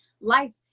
life